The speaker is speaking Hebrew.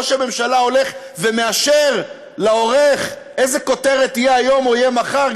ראש הממשלה הולך ומאשר לעורך איזו כותרת תהיה היום או תהיה מחר,